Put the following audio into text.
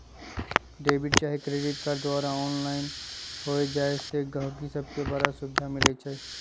debit चाहे credit card द्वारा online हो जाय से गहकि सभके बड़ सुभिधा मिलइ छै